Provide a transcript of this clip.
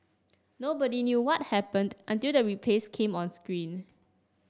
nobody knew what happened until the replays came on screen